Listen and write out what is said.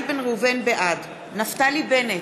בעד נפתלי בנט,